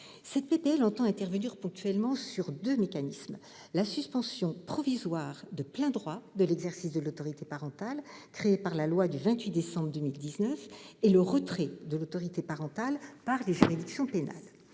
vise à intervenir ponctuellement sur deux mécanismes : la suspension provisoire de plein droit de l'exercice de l'autorité parentale, créée par la loi du 28 décembre 2019, et le retrait de l'autorité parentale par les juridictions pénales.